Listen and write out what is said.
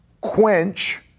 quench